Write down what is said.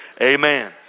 Amen